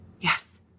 Yes